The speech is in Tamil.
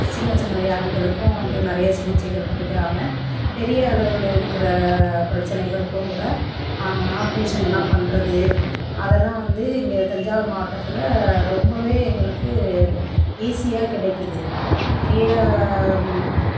சின்னச்சின்ன வியாதிகளுக்கும் வந்து நிறைய சிகிச்சைகள் கொடுக்கறாங்க பெரிய அளவில் இருக்கிற பிரச்சனைகளுக்கும் கூட ஆப்ரேஷன்லாம் பண்ணுறது அதெல்லாம் வந்து இங்கே தஞ்சாவூர் மாவட்டத்தில் ரொம்ப எங்களுக்கு ஈஸியாக கிடைக்குது பெரிய